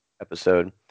episode